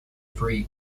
three